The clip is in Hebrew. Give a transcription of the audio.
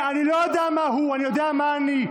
הוא הוציא אותי,